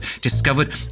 discovered